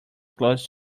closed